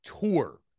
Tour